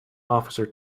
officer